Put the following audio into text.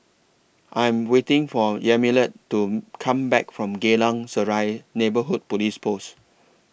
I'm waiting For Yamilet to Come Back from Geylang Serai Neighbourhood Police Post